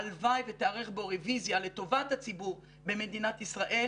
הלוואי ותיערך בו רביזיה לטובת הציבור במדינת ישראל,